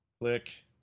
click